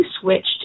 switched